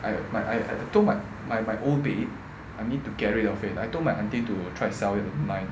i i my my old bed I need to get rid of it I told my aunty to try and sell it online